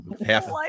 Half